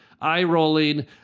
eye-rolling